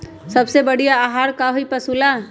सबसे बढ़िया आहार का होई पशु ला?